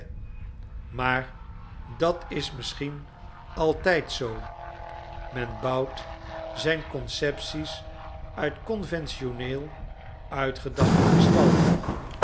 maar dat is misschien altijd zoo men bouwt zijn concepties uit conventioneel uitgedachte gestalten